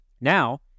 Now